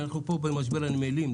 אנחנו פה במשבר הנמלים.